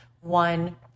one